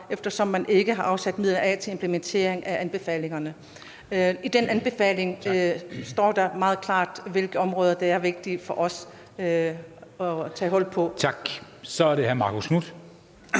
eftersom man ikke har afsat midler til implementering af anbefalingerne. Her står det meget klart, hvilke områder det er vigtigt for os at tage hul på. Kl. 20:36 Første næstformand